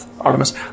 Artemis